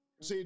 See